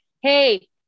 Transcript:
hey